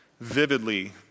vividly